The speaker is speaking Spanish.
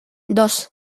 dos